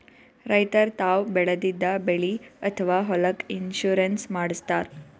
ರೈತರ್ ತಾವ್ ಬೆಳೆದಿದ್ದ ಬೆಳಿ ಅಥವಾ ಹೊಲಕ್ಕ್ ಇನ್ಶೂರೆನ್ಸ್ ಮಾಡಸ್ತಾರ್